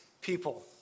people